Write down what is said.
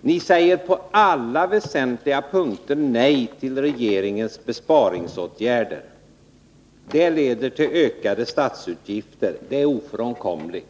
Ni säger på alla väsentliga punkter nej till regeringens förslag till besparingsåtgärder. Det leder till ökade statsutgifter, det är ofrånkomligt.